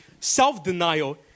Self-denial